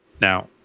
Now